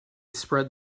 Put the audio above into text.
spread